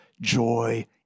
joy